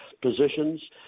positions